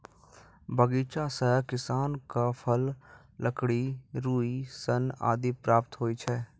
बगीचा सें किसान क फल, लकड़ी, रुई, सन आदि प्राप्त होय छै